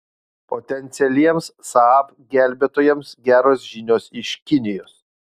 potencialiems saab gelbėtojams geros žinios iš kinijos